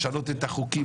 לשנות את החוקים,